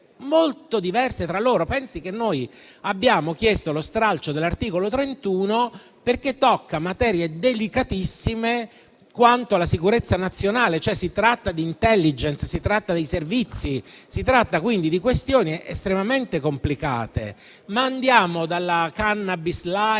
molto diverse tra loro. Pensi che noi abbiamo chiesto lo stralcio dell'articolo 31, perché tocca materie delicatissime quanto alla sicurezza nazionale. Si tratta di *intelligence*, si tratta dei Servizi, si tratta quindi di questioni estremamente complicate. Andiamo dalla cannabis *light*